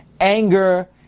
anger